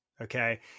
Okay